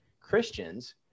Christians